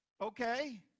Okay